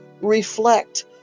reflect